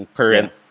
current